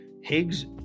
Higgs